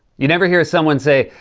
you never hear someone say,